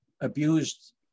abused